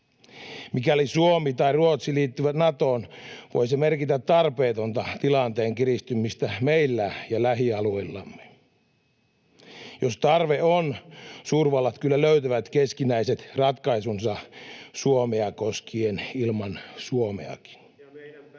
Mikäli Suomi tai Ruotsi liittyy Natoon, voi se merkitä tarpeetonta tilanteen kiristymistä meillä ja lähialueillamme. Jos tarve on, suurvallat kyllä löytävät keskinäiset ratkaisunsa Suomea koskien ilman Suomeakin.